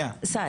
סאיד,